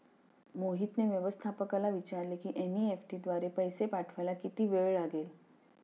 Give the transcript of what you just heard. मोहितने व्यवस्थापकाला विचारले की एन.ई.एफ.टी द्वारे पैसे पाठवायला किती वेळ लागेल